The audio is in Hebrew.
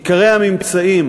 עיקרי הממצאים